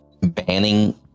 banning